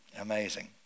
Amazing